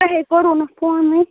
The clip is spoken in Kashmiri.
تۅہہِ ہَے کوٚروٕ نہٕ فونٕے